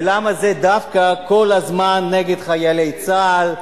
ולמה זה דווקא כל הזמן נגד חיילי צה"ל,